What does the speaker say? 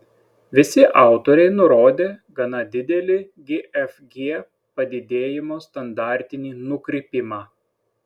visi autoriai nurodė gana didelį gfg padidėjimo standartinį nukrypimą